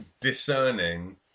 discerning